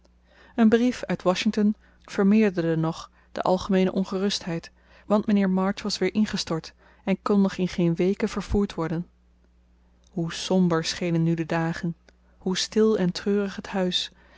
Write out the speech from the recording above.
een brief uit washington vermeerderde nog de algemeene ongerustheid want mijnheer march was weer ingestort en kon nog in geen weken vervoerd worden hoe somber schenen nu de dagen hoe stil en treurig het huis